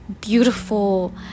beautiful